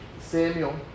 Samuel